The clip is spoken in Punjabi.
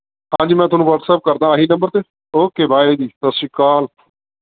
ਹਾਂਜੀ ਮੈਂ ਤੁਹਾਨੂੰ ਵਟਸਐਪ ਕਰਦਾ ਹਾਂ ਆਹੀ ਨੰਬਰ 'ਤੇ ਓਕੇ ਬਾਏ ਜੀ ਸਤਿ ਸ਼੍ਰੀ ਅਕਾਲ